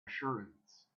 assurance